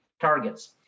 targets